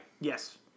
yes